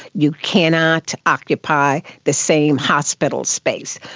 you cannot occupy the same hospital space.